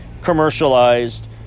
commercialized